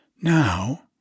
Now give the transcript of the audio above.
Now